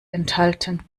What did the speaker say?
enthalten